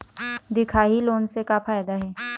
दिखाही लोन से का फायदा हे?